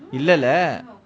இல்லல:illala